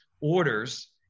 orders